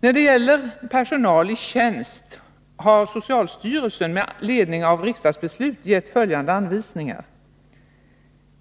När det gäller personal i tjänst har socialstyrelsen med ledning av riksdagsbeslut gett följande anvisningar: